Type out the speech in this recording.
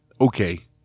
okay